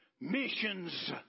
missions